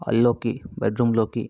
హాల్లోకి బెడ్రూమ్లోకి